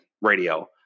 radio